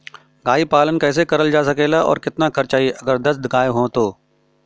गाय पालन कइसे करल जा सकेला और कितना खर्च आई अगर दस गाय हो त?